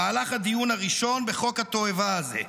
במהלך הדיון הראשון בחוק התועבה הזה,